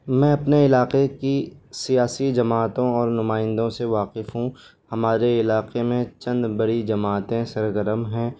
میں اپنے علاقے کی سیاسی جماعتوں اور نمائندوں سے واقف ہوں ہمارے علاقے میں چند بڑی جماعتیں سرگرم ہیں